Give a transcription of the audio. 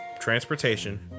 transportation